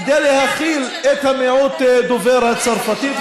כדי להכיל את המיעוט דובר הצרפתית,